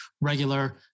regular